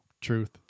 Truth